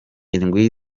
indwi